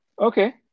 Okay